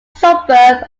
suburb